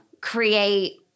create